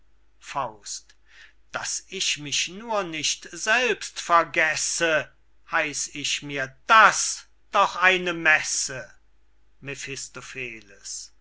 an daß ich mich nur nicht selbst vergesse heiß ich mir das doch eine messe